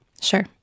Sure